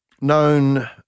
known